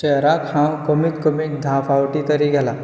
शेहराक हांव कमीक कमी धा फावट तरी गेला